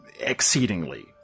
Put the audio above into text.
exceedingly